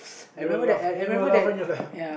you were laugh he were laughing at there